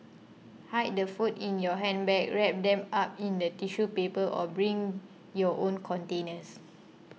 hide the food in your handbag wrap them up in the tissue paper or bring your own containers